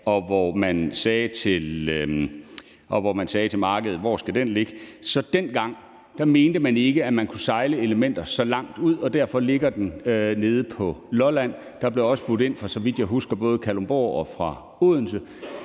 og man spurgte markedet, hvor den skulle ligge, mente man ikke, at man kunne sejle elementer så langt ud, og derfor ligger den nede på Lolland. Der blev også budt ind fra, så vidt jeg husker, både Kalundborg og Odense.